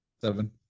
seven